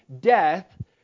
death